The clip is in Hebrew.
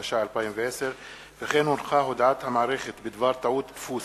התש"ע 2010. הודעת המערכת בדבר טעות דפוס